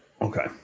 Okay